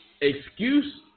Excuse